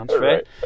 right